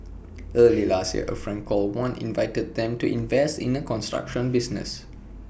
early last year A friend called wan invited them to invest in A construction business